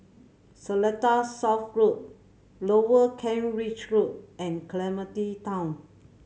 Seletar South Road Lower Kent Ridge Road and Clementi Town